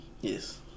Yes